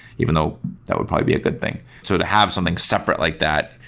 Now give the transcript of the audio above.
even though that would probably a good thing. so to have something separate like that,